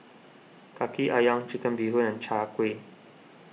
Kaki Ayam Chicken Bee Hoon and Chai Kueh